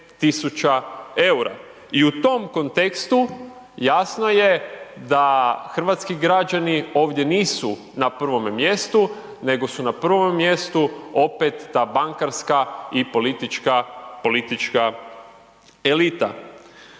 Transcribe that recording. i u tom kontekstu jasno je da hrvatski građani ovdje nisu na prvome mjestu nego su na prvome mjestu opet ta bankarska i politička elita.